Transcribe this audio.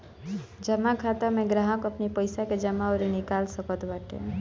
जमा खाता में ग्राहक अपनी पईसा के जमा अउरी निकाल सकत बाटे